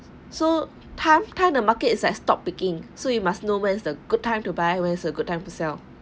so tough time the markets is like stopped peaking so you must know where's the good time to buy was a good time to sell